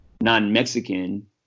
non-Mexican